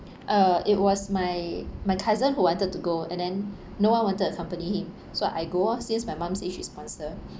uh it was my my cousin who wanted to go and then no one wanted to accompany him so I go ah since my mum say she sponsor